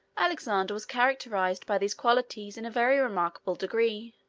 alexander was characterized by these qualities in a very remarkable degree.